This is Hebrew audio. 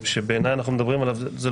אם הראיה היא חיונית מהותית, אפילו לא